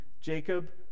Jacob